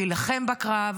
להילחם בקרב.